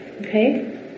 okay